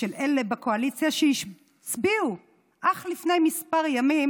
של אלה בקואליציה שהצביעו אך לפני כמה ימים